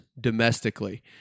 domestically